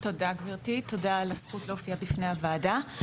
תודה, גבירתי, תודה על הזכות להופיע בפני הוועדה.